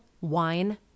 wine